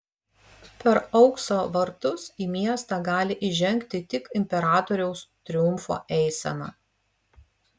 per aukso vartus į miestą gali įžengti tik imperatoriaus triumfo eisena